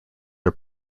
are